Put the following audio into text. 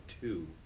two